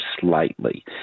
slightly